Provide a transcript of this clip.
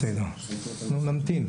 בסדר, אנחנו נמתין.